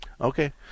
Okay